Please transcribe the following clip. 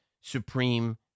supreme